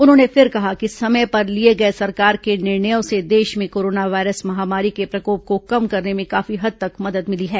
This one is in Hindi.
उन्होंने फिर कहा कि समय पर लिए गये सरकार के निर्णयों से देश में कोरोना वायरस महामारी के प्रकोप को कम करने में काफी हद तक मदद मिली है